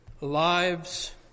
lives